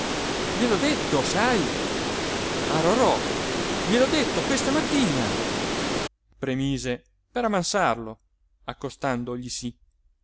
reduci gliel'ho detto sai a rorò gliel'ho detto questa mattina premise per ammansarlo accostandoglisi